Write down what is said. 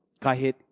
Kahit